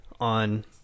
on